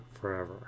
forever